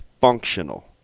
functional